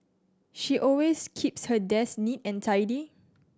she always keeps her desk neat and tidy